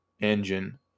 engine